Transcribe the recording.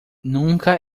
nunca